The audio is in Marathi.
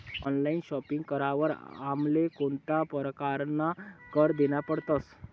ऑनलाइन शॉपिंग करावर आमले कोणता परकारना कर देना पडतस?